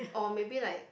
or maybe like